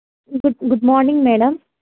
good good morning madam